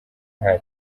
nta